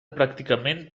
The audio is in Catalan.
pràcticament